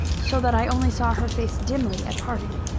so that i only saw her face dimly at parting.